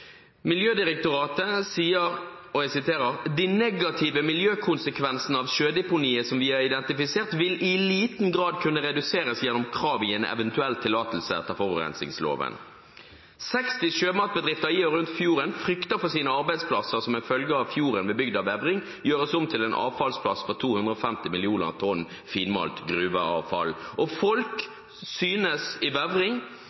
Miljødirektoratet sier: «De negative miljøkonsekvensene av sjødeponiet som vi har identifisert vil i liten grad kunne reduseres gjennom kravet i en eventuell tillatelse etter forurensingsloven.» 60 sjømatbedrifter i og rundt fjorden frykter for sine arbeidsplasser som en følge av at fjorden ved bygden Vevring gjøres om til en avfallsplass for 250 millioner tonn finmalt gruveavfall. Folk i Vevring,